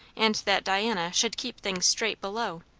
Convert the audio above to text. and that diana should keep things straight below.